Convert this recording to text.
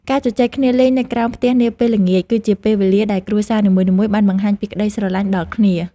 ការជជែកគ្នាលេងនៅក្រោមផ្ទះនាពេលល្ងាច គឺជាពេលវេលាដែលគ្រួសារនីមួយៗបានបង្ហាញពីក្តីស្រឡាញ់ដល់គ្នា។